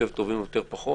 טובים יותר או טובים פחות.